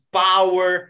power